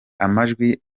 amajwi